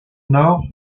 nord